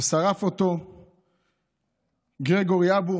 ששרף גרגורי אבו